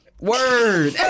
Word